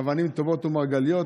אבנים טובות ומרגליות?